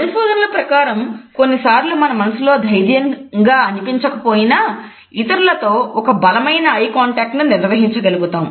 పరిశోధనల ప్రకారం కొన్నిసార్లు మన మనసులో ధైర్యంగా అనిపించకపోయినా ఇతరులతో ఒక బలమైన ఐ కాంటాక్ట్ ను నిర్వహించగలుగుతాం